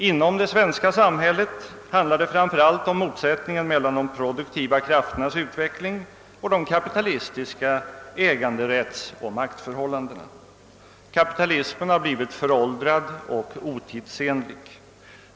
Inom det svenska samhället handlar det framför allt om motsättningen mellan de produktiva krafternas utveckling och de kapitalistiska 'äganderättsoch maktförhållandena. Kapitalismen har blivit föråldrad och otidsenlig.